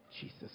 Jesus